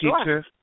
teacher